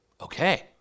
Okay